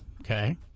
Okay